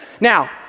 Now